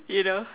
you know